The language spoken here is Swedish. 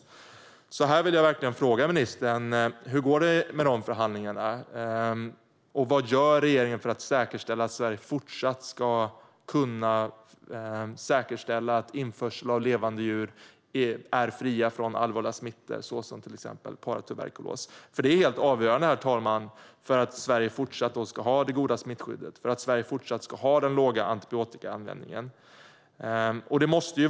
Jag vill verkligen fråga ministern: Hur går det med de förhandlingarna, och vad gör regeringen för att säkerställa att Sverige fortsatt ska kunna säkerställa att djur som förs in i landet är fria från allvarliga smittor såsom paratuberkulos? Det är nämligen helt avgörande, herr talman, för att Sverige fortsatt ska ha ett gott smittskydd och en låg antibiotikaanvändning.